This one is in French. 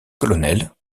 colonel